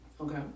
okay